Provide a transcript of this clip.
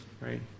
right